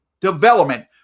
development